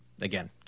Again